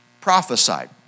prophesied